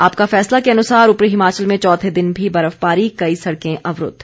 आपका फैसला के अनुसार उपरी हिमाचल में चौथे दिन भी बर्फबारी कई सड़कें अवरूद्व